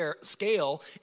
scale